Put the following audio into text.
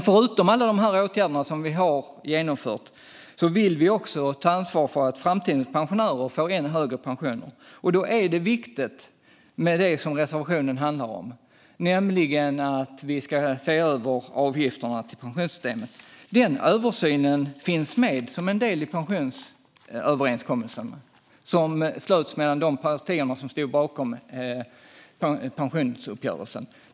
Förutom alla åtgärder som har genomförts vill vi också ta ansvar för att framtidens pensionärer får ännu högre pensioner. Då är det viktigt med det som reservationen handlar om, nämligen att vi ska se över avgifterna till pensionssystemet. Den översynen finns med som en del i pensionsöverenskommelsen, som slöts mellan de partier som stod bakom pensionsuppgörelsen.